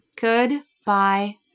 Goodbye